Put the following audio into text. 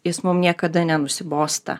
jis mum niekada nenusibosta